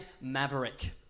maverick